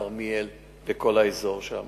כרמיאל וכל האזור שם.